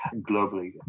globally